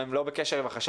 הם לא בקשר עם החשבות,